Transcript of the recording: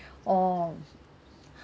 oh